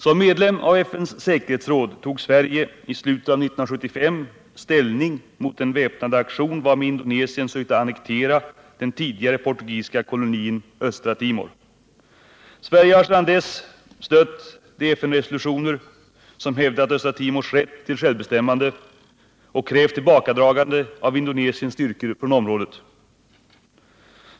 Som medlem av FN:s säkerhetsråd tog Sverige i slutet av 1975 ställning mot den väpnade aktion varmed Indonesien sökte annektera den tidigare portugisiska kolonin Östra Timor. Sverige har sedan dess stött de FN resolutioner som hävdat Östra Timors rätt till självbestämmande och krävt tillbakadragande av Indonesiens styrkor från området.